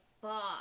boss